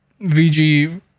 vg